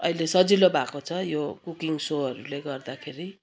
अहिले सजिलो भएको छ यो कुकिङ सोहरूले गर्दाखेरि